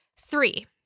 Three